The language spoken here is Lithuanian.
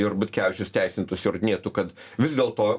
ir butkevičius teisintųsi įrodinėtų kad vis dėlto